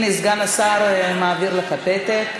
הנה, סגן השר מעביר לך פתק.